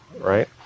right